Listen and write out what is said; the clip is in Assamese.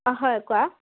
অঁ হয় কোৱা